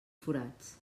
forats